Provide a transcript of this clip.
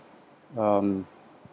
um